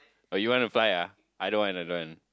why you wanna fly ah I don't want I don't want